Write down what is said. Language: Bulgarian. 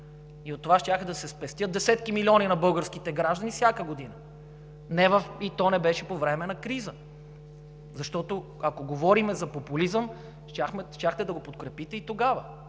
и от това щяха да се спестят десетки милиони на българските граждани всяка година. И то не беше по време на криза, защото, ако говорим за популизъм, щяхте да го подкрепите и тогава.